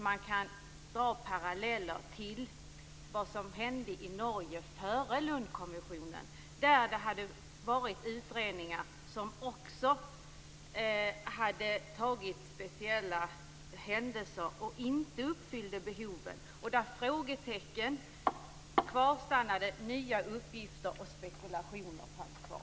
Man kan dra paralleller till vad som hände i Norge före Lundkommissionen. Det hade varit utredningar av speciella händelser som inte uppfyllde behoven. Det fanns frågetecken kvar. Nya uppgifter tillkom, och det gjordes spekulationer.